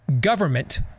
government